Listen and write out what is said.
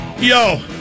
Yo